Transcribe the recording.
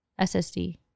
SSD